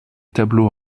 tableaux